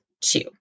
two